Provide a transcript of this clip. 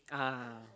(uh huh)